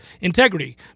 integrity